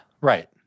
right